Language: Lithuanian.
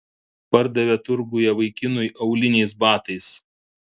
pardavė turguje vaikinui auliniais batais